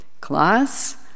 class